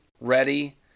ready